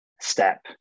step